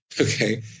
Okay